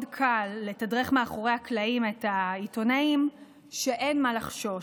מאוד קל לתדרך מאחורי הקלעים את העיתונאים שאין מה לחשוש,